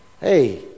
Hey